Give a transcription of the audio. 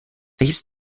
welches